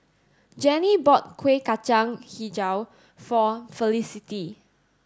Gennie bought Kueh Kacang Hijau for Felicity